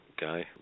guy